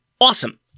awesome